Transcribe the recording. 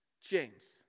James